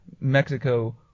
Mexico